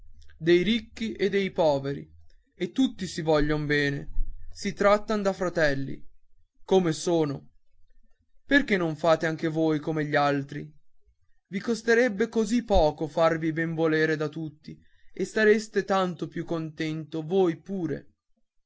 dei ricchi e dei poveri e tutti si voglion bene si trattan da fratelli come sono perché non fate anche voi come gli altri i costerebbe così poco farvi benvolere da tutti e sareste tanto più contento voi pure